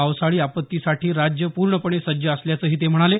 पावसाळी आपत्तीसाठी राज्य पूर्णपणे सज्ज असल्याचं ते म्हणाले